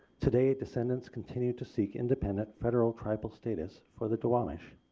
today, descendants continue to seek independent federal tribal status for the duwamish.